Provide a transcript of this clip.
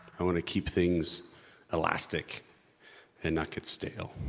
i wanna keep things elastic and not get stale.